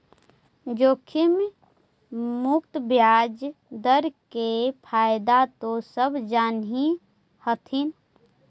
जोखिम मुक्त ब्याज दर के फयदा तो सब जान हीं हथिन